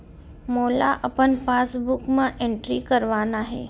मोला अपन पासबुक म एंट्री करवाना हे?